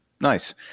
Nice